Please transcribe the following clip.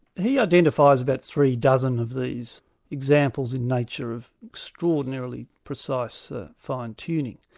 he identifies about three dozen of these examples in nature of extraordinarily precise fine-tuning.